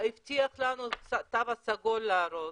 הבטיח להראות לנו את התו הסגול.